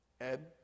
Ed